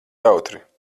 jautri